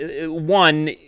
one